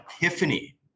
epiphany